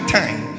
time